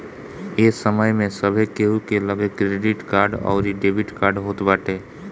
ए समय में सभे केहू के लगे क्रेडिट कार्ड अउरी डेबिट कार्ड होत बाटे